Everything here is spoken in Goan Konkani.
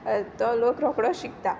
तो लोक रोकडो शिकता